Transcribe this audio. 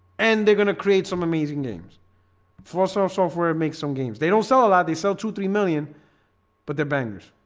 and they're gonna create some amazing games for strong software. it makes some games. they don't sell a lot. they sell to three million but they're bangers